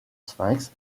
sphinx